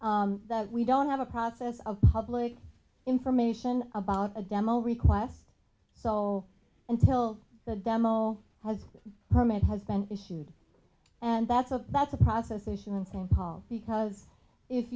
that we don't have a process of public information about a demo request so until the demo has permit has been issued and that's a that's a process issue in part because if